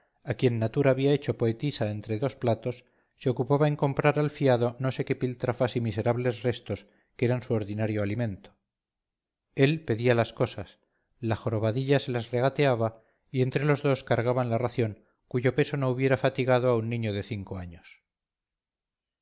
a quien natura había hecho poetisa entre dos platos se ocupaba en comprar al fiado no sé que piltrafas y miserables restos que eran su ordinario alimento él pedía las cosas la jorobadilla se las regateaba y entre los dos cargaban la ración cuyo peso no hubiera fatigado a un niño de cinco años